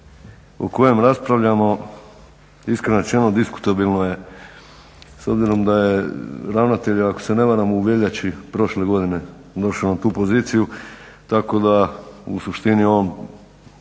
o kojem raspravljamo, iskreno rečeno diskutabilno je s obzirom da je ravnatelj ako se ne varam u veljači prošle godine došao na tu poziciju, tako da u suštini on